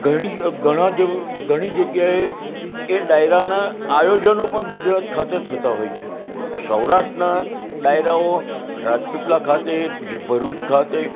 ઘણી ઘણાં જે ઘણી જગ્યાએ એ ડાયરાનાં આયોજનો પણ ગુજરાત ખાતે થતાં હોય છે સૌરાષ્ટ્રનાં ડાયરાઓ રાજપીપળા ખાતે ભરૂચ ખાતે